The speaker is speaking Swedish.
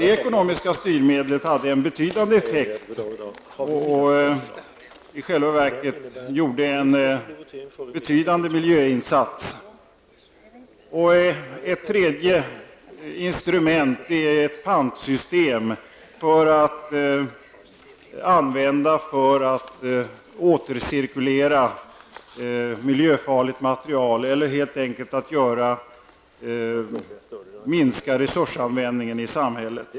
Det ekonomiska styrmedlet hade en betydande effekt och stod i själva verket för en betydande miljöinsats. Ett tredje instrument är ett pantsystem som kan användas för att återcirkulera miljöfarligt material eller helt enkelt för att minska resursanvändningen i samhället.